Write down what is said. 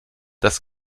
das